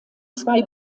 zwei